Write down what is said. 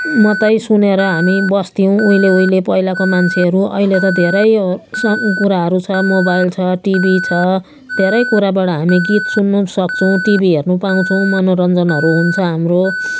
मात्रै सुनेर हामी बस्थ्यौँ उहिले उहिले पहिलाको मान्छेहरू अहिले त धेरै सब कुराहरू छ मोबाइल छ टिभी छ धेरै कुराबाट हामी गीत सुन्नुसक्छौँ टिभी हेर्नुपाउँछौँ मनोरञ्जनहरू हुन्छ हाम्रो